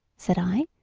said i,